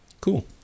cool